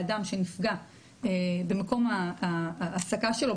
באדם שנפגע במקום ההעסקה שלו,